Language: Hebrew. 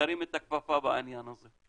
ירים את הכפפה בעניין הזה.